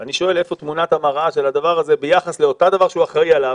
אני שואל איפה תמונת המראה של הדבר הזה ביחס לאותו דבר שהוא אחראי עליו?